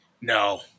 no